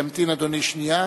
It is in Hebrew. ימתין אדוני שנייה.